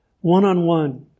one-on-one